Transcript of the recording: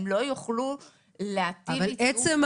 הם לא יוכלו להטיל עיצום?